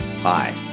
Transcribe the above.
Hi